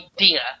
idea